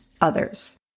others